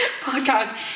Podcast